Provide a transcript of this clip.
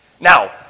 Now